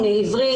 עברית,